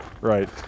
Right